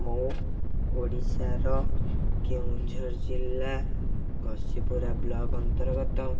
ମୁଁ ଓଡ଼ିଶାର କେଉଁଝର ଜିଲ୍ଲା ଘସିପୁରା ବ୍ଲକ ଅନ୍ତର୍ଗତ